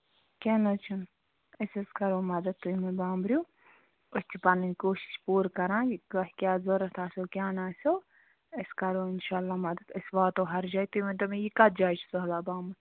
کیٚنہہ نہٕ حظ چھُنہٕ أسۍ حظ کرو مدت تُہۍ مہٕ بامبرِو أسۍ چھِ پَنٕنۍ کوٗشِش پوٗرٕ کران تۄہہِ کیٛاہ ضوٚرَتھ آسیو کیٛاہ نہٕ آسیو أسۍ کرو اِنشاء اللہ مدت أسۍ واتو ہر جایہِ تُہۍ ؤنۍتو مےٚ یہِ کَتھ جایہِ چھُ سٔہلاب آمُت